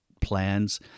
plans